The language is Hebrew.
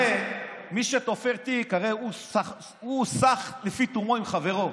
הרי מי שתופר תיק, הרי הוא סח לפי תומו עם חברו,